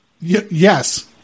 Yes